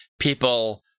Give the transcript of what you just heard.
people